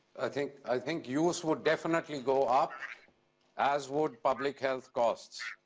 i think i think use would definitely go up as would public health costs.